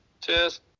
Cheers